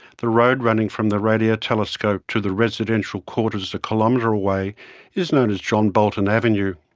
the road running from the radio telescope to the residential quarters a kilometre away is known as john bolton avenue.